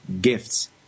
gifts